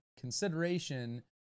consideration